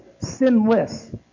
sinless